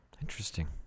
Interesting